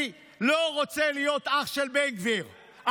אני לא רוצה להיות אח של בן גביר.